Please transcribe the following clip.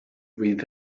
with